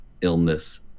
illness